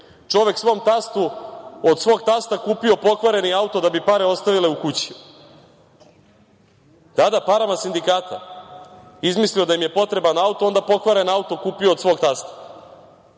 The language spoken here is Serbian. Čovek je od svog tasta kupio pokvareni auto da bi pare ostale u kući. Da, da, parama sindikata. Izmislio je da im je potreban auto, a onda je pokvaren auto kupio od svog tasta.